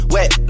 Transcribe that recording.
Wet